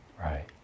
Right